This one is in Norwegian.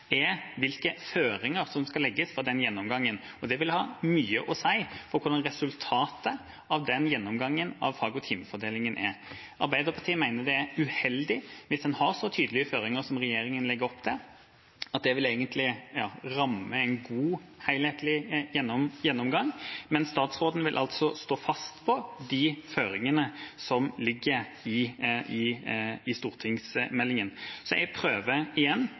er hvilke føringer som skal legges for den gjennomgangen. Det vil ha mye å si for hvordan resultatet av den gjennomgangen av fag- og timefordelingen er. Arbeiderpartiet mener det er uheldig hvis en har så tydelige føringer som regjeringa legger opp til, at det egentlig vil ramme en god, helhetlig gjennomgang, men statsråden vil altså stå fast på de føringene som ligger i stortingsmeldinga. Så jeg prøver igjen: